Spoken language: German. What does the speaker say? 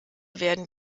werden